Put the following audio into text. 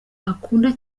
akunda